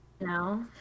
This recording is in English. No